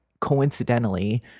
coincidentally